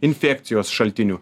infekcijos šaltinių